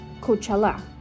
coachella